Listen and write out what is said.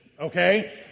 Okay